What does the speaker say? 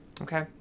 Okay